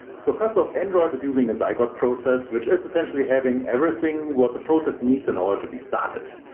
so first off, android is using zygote process, which is essentially having everything what the process needs in order to be started.